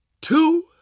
two